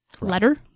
letter